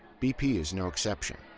bp is no exception,